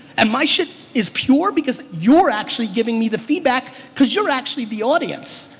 and my shit is pure because you're actually giving me the feedback cause you're actually the audience.